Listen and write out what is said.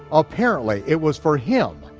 apparently it was for him,